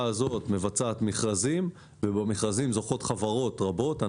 הזאת מבצעת מכרזים ובמכרזים זוכות חברות רבות.